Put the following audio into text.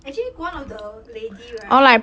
actually one of the lady right